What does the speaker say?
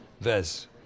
Vez